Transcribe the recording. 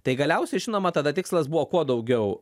tai galiausiai žinoma tada tikslas buvo kuo daugiau